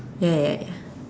ya ya ya